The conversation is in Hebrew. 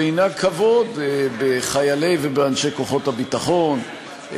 וינהג כבוד בחיילי ובאנשי כוחות הביטחון,